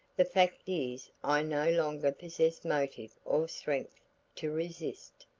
the fact is i no longer possessed motive or strength to resist.